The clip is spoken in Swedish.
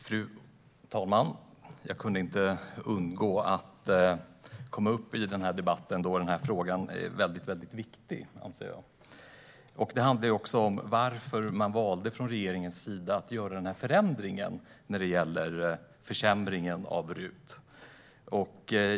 Fru talman! Jag kunde inte låta bli att gå upp i debatten, då den här frågan är väldigt viktig. Det handlar också om varför man från regeringens sida valde att göra denna förändring, en försämring av RUT.